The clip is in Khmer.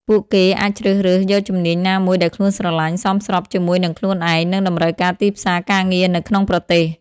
ពួកគេអាចជ្រើសរើសយកជំនាញណាមួយដែលខ្លួនស្រឡាញ់សមស្របជាមួយនិងខ្លួនឯង និងតម្រូវការទីផ្សារការងារនៅក្នុងប្រទេស។